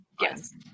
Yes